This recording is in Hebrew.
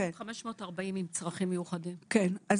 נגיע לזה.